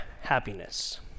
happiness